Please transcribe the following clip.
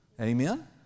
Amen